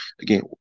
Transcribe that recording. Again